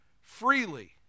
freely